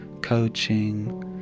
coaching